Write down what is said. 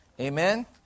Amen